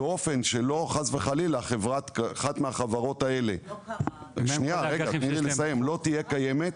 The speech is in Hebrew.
כדי להגן עליו במקרה שחס וחלילה אחת מהחברות האלה לא תהיה קיימת.